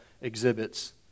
exhibits